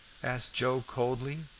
asked joe, coldly.